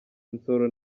nsoro